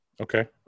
Okay